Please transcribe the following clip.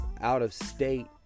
out-of-state